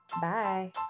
bye